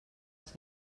els